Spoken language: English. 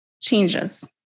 changes